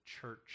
church